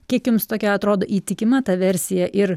kiek jums tokia atrodo įtikima ta versija ir